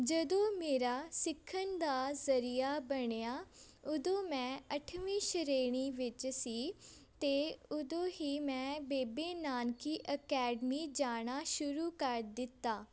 ਜਦੋਂ ਮੇਰਾ ਸਿੱਖਣ ਦਾ ਜ਼ਰੀਆ ਬਣਿਆ ਉਦੋਂ ਮੈਂ ਅੱਠਵੀਂ ਸ਼੍ਰੇਣੀ ਵਿੱਚ ਸੀ ਅਤੇ ਉਦੋਂ ਹੀ ਮੈਂ ਬੇਬੇ ਨਾਨਕੀ ਅਕੈਡਮੀ ਜਾਣਾ ਸ਼ੁਰੂ ਕਰ ਦਿੱਤਾ